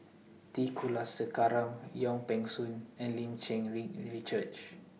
T Kulasekaram Wong Peng Soon and Lim Cherng Yih Richard